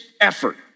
effort